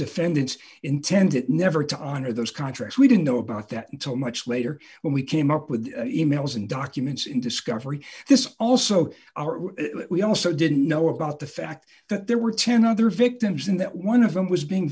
defendants intended never to honor those contracts we didn't know about that until much later when we came up with e mails and documents in discovery this also we also didn't know about the fact that there were ten other victims and that one of them was being